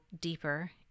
deeper